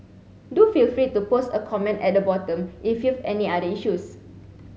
do feel free to post a comment at the bottom if you've any other issues